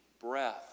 breath